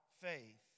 faith